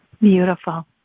Beautiful